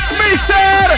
mister